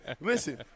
listen